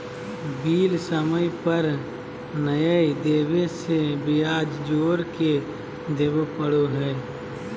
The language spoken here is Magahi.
बिल समय पर नयय देबे से ब्याज जोर के देबे पड़ो हइ